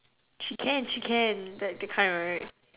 she can she can like that kind right